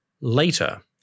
Later